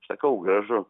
sakau gražu